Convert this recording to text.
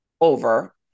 over